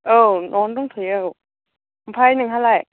औ नआवनो दंथ'यो औ आमफ्राइ नोंहालाय